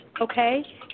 okay